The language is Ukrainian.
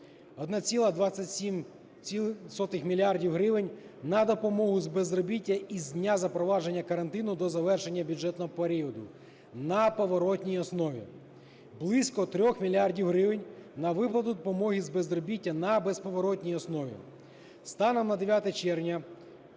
1,27 мільярда гривень – на допомогу з безробіття із дня запровадження карантину до завершення бюджетного періоду на поворотній основі, близько 3 мільярдів гривень – на виплату допомоги з безробіття на безповоротній основі. Станом на 9 червня